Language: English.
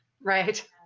Right